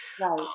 right